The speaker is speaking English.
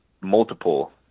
multiple